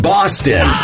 Boston